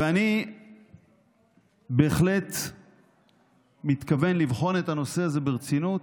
ואני בהחלט מתכוון לבחון את הנושא הזה ברצינות.